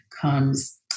comes